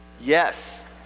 yes